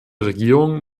regierung